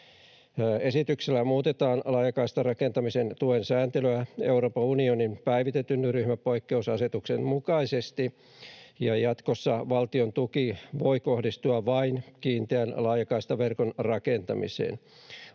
Esityksellä muutetaan laajakaistarakentamisen tuen sääntelyä Euroopan unionin päivitetyn ryhmäpoikkeusasetuksen mukaisesti, ja jatkossa valtion tuki voi kohdistua vain kiinteän laajakaistaverkon rakentamiseen.